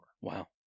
Wow